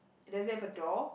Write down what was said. does it have a door